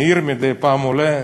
מעיר, מדי פעם עולה.